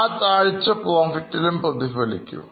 ആ താഴ്ച Profit ലുംപ്രതിഫലിക്കും